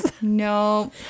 no